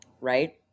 right